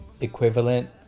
equivalent